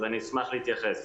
אז אני אשמח להתייחס.